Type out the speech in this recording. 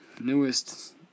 newest